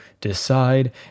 decide